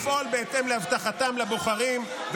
לפעול בהתאם להבטחתם לבוחרים,